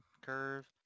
curve